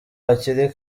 hakiri